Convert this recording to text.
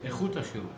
איכות השירות.